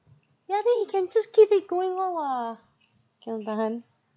ya then he can just keep it going one !wah! cannot tahan